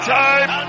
time